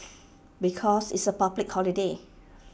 because it's A public holiday